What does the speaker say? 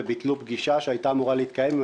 וביטלו פגישה שהייתה אמורה להתקיים עם